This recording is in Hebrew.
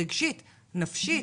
רגשית, נפשית.